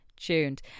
tuned